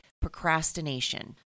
procrastination